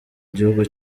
gihugu